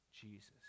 Jesus